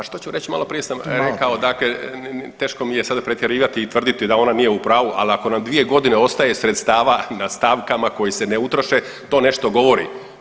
Pa što ću reći, maloprije sam rekao, dakle teško mi je sada pretjerivati i tvrditi da ona nije u pravu, ali ako nam 2 godine ostaje sredstava na stavkama koje se ne utroše to nešto govori.